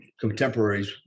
contemporaries